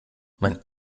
mein